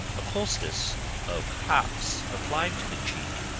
a poultice of hops applied to the cheek,